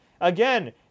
Again